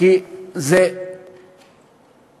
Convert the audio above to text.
כי זה בקיץ,